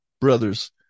brothers